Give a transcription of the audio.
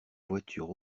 voiture